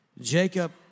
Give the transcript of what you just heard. Jacob